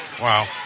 Wow